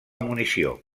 munició